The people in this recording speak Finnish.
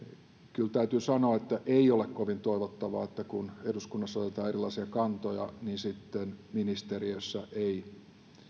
kyllä täytyy sanoa että ei ole kovin toivottavaa että kun eduskunnassa otetaan erilaisia kantoja niin sitten ministeriössä ei